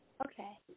okay